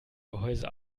gehäuse